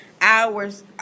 hours